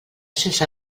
sense